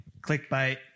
clickbait